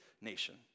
nation